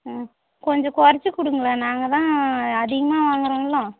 ஆ கொஞ்சம் குறச்சிக் கொடுங்களேன் நாங்க தான் அதிகமாக வாங்குறோம்ல